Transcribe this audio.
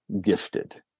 gifted